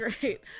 great